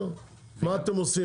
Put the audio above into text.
מה אתם עושים,